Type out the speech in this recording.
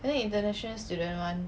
then international student [one]